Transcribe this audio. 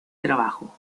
trabajo